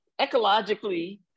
ecologically